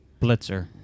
Blitzer